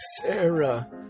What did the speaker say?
Sarah